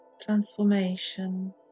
Transformation